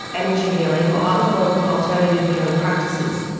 energy healing or other forms of alternative healing practices,